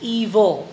evil